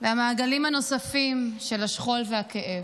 -- והמעגלים הנוספים של השכול והכאב.